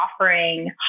offering